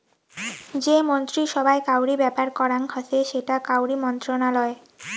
যে মন্ত্রী সভায় কাউরি ব্যাপার করাং হসে সেটা কাউরি মন্ত্রণালয়